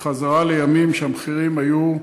בחזרה לימים שהמחירים היו,